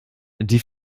die